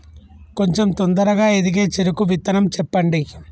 కొంచం తొందరగా ఎదిగే చెరుకు విత్తనం చెప్పండి?